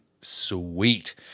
sweet